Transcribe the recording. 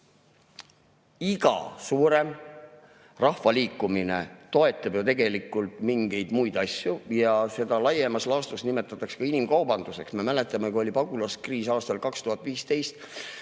Iga suurem rahvaliikumine toetab ju tegelikult mingeid muid asju ja seda laiemas laastus nimetatakse ka inimkaubanduseks. Me mäletame, kui oli pagulaskriis aastal 2015,